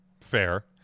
Fair